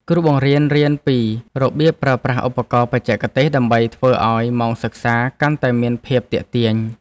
គ្រូបង្រៀនរៀនពីរបៀបប្រើប្រាស់ឧបករណ៍បច្ចេកទេសដើម្បីធ្វើឱ្យម៉ោងសិក្សាកាន់តែមានភាពទាក់ទាញ។